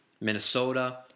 Minnesota